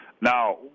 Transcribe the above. Now